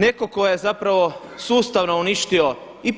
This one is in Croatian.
Netko tko je zapravo sustavno uništio i